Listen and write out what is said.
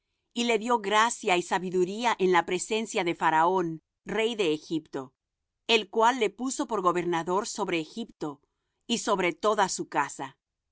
y le dió gracia y sabiduría en la presencia de faraón rey de egipto el cual le puso por gobernador sobre egipto y sobre toda su casa